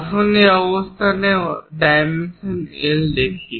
আসুন এই অবস্থানের ডাইমেনশন L দেখি